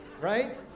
right